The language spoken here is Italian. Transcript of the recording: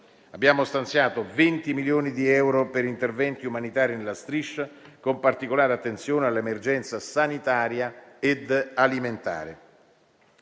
Abbiamo stanziato 20 milioni di euro per interventi umanitari nella Striscia, con particolare attenzione all'emergenza sanitaria ed alimentare.